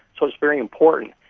so it's very important.